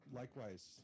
likewise